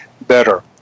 better